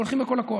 והולכים בכל הכוח.